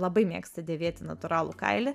labai mėgsta dėvėti natūralų kailį